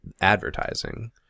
advertising